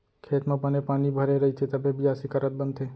खेत म बने पानी भरे रइथे तभे बियासी करत बनथे